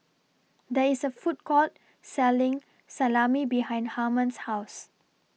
There IS A Food Court Selling Salami behind Harmon's House